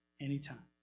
anytime